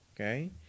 Okay